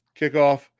kickoff